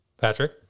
Patrick